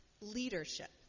leadership